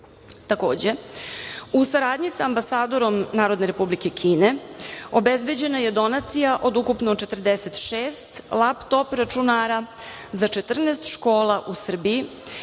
u saradnji sa ambasadorom Narodne Republike Kine obezbeđena je donacija od ukupno 46 laptop računara za 14 škola u Srbiji